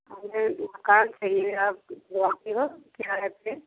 हमें मकान चाहिए आप रखी हो क्या रेट है